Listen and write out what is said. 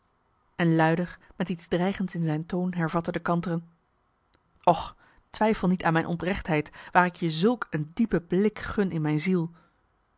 en luider met iets dreigends in zijn toon hervatte de kantere och twijfel niet aan mijn oprechtheid waar ik je zulk een diepe blik gun in mijn ziel